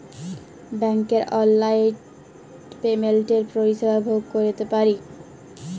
ব্যাংকের অললাইল পেমেল্টের পরিষেবা ভগ ক্যইরতে পারি